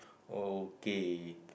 okay